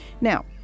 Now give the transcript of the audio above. Now